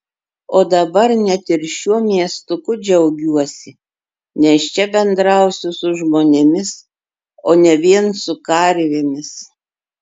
o dabar net ir šiuo miestuku džiaugiuosi nes čia bendrausiu su žmonėmis o ne vien su karvėmis